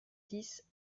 dix